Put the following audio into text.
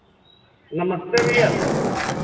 नमस्ते भैया